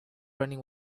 running